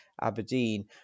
Aberdeen